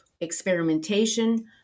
experimentation